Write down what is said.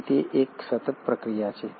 તેથી તે એક સતત પ્રક્રિયા છે